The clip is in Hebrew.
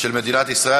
של מדינת ישראל.